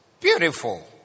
Beautiful